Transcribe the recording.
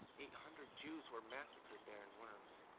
eight hundred jews were massacred there in worms,